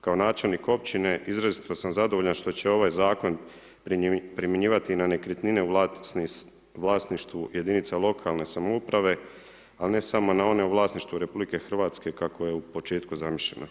Kao načelnik općine izrazito sam zadovoljan što će ovaj zakon primjenjivati i na nekretnine u vlasništvu jedinica lokalne samouprave, a ne samo na one u vlasništvu RH kako je u početku zamišljeno.